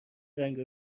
رنگ